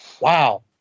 wow